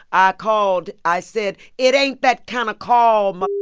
i called i said, it ain't that kind of call. um